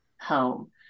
home